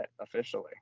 officially